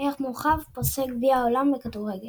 ערך מורחב – פרסי גביע העולם בכדורגל